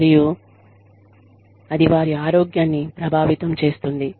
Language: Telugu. మరియు అది వారి ఆరోగ్యాన్ని ప్రభావితం చేస్తుంది